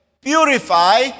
purify